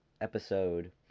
episode